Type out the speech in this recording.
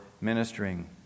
ministering